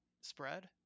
spread